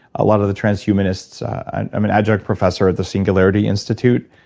a lot of the trans-humanists. i'm an adjunct professor at the singularity institute,